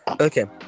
okay